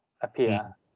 appear